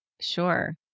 Sure